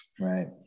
right